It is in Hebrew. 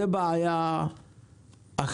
זו בעיה אחת.